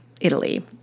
Italy